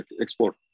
export